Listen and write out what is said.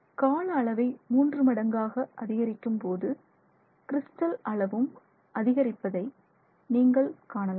கால அளவை அளவை மூன்று மடங்காக அதிகரிக்கும் போது கிறிஸ்டல் அளவும் அதிகரிப்பதை நீங்கள் காணலாம்